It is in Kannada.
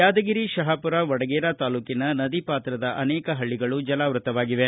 ಯಾದಗಿರಿ ಶಹಾಪುರ ವಡಗೇರಾ ತಾಲ್ಲೂಕಿನ ನದಿ ಪಾತ್ರದ ಅನೇಕ ಪಳ್ಳಿಗಳು ಜಲವೃತವಾಗಿವೆ